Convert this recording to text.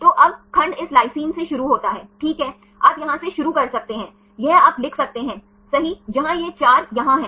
तो अब खंड इस लाइसिन से शुरू होता है ठीक है आप यहां से शुरू कर सकते हैं यह आप लिख सकते हैं सही जहां यह 4 यहां है